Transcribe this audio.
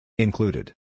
Included